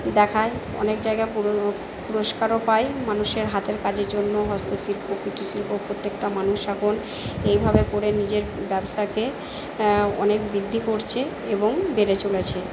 দেখায় অনেক জায়গায় পুরোনো পুরস্কারও পায় মানুষের হাতের কাজের জন্য হস্তশিল্প কুটির শিল্প প্রত্যেকটা মানুষ এখন এইভাবে করে নিজের ব্যবসাকে অনেক বৃদ্ধি করছে এবং বেড়ে চলেছে